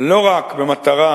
לא רק במטרה